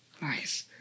Nice